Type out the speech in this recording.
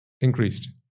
increased